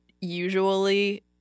usually